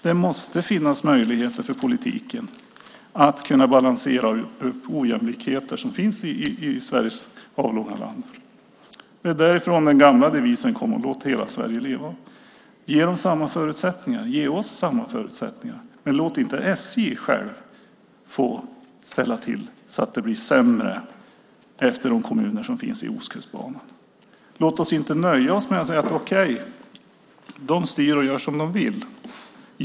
Det måste finnas möjligheter för politiken att balansera upp de ojämlikheter som finns i Sveriges avlånga land. Därifrån kommer den gamla devisen: Låt hela Sverige leva. Ge dem och oss samma förutsättningar. Låt inte SJ själv få ställa till så att det blir sämre för de kommuner som finns utefter Ostkustbanan. Låt oss inte nöja oss med att säga: Okej, det styr och gör som det vill.